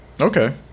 Okay